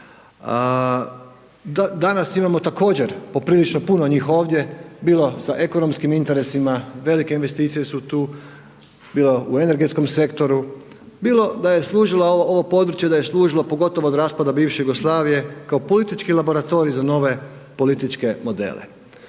Danas imamo također poprilično puno njih ovdje, bilo sa ekonomskim interesima, velike investicije su tu, bilo u energetskom sektoru, bilo da je služilo ovo područje pogotovo od raspada bivše Jugoslavije kao politički laboratorij za nove političke modele.